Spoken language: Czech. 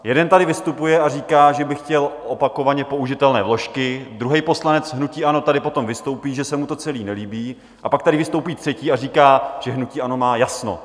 Jeden tady vystupuje a říká, že by chtěl opakovaně použitelné vložky, druhý poslanec hnutí ANO tady potom vystoupí, že se mu to celé nelíbí, a pak tady vystoupí třetí a říká, že hnutí ANO má jasno.